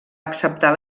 acceptar